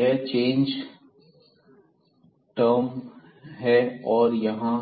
यह change term है और यहां